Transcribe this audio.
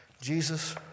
Jesus